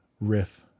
riff